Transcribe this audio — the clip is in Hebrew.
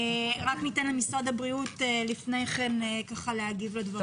ניתן למשרד הבריאות להגיב לדברים.